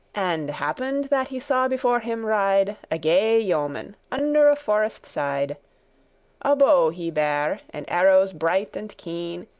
and happen'd that he saw before him ride a gay yeoman under a forest side a bow he bare, and arrows bright and keen,